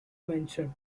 mentioned